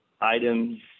items